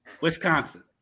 Wisconsin